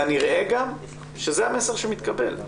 כנראה גם שזה המסר שמתקבל.